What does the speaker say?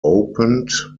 opened